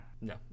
No